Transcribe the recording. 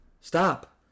stop